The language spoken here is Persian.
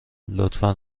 لطفا